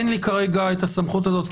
אין לי כרגע את הסמכות הזאת,